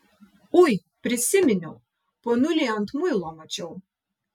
ui prisiminiau ponulį ant muilo mačiau